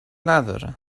ندارد